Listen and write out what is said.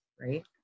right